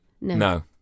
No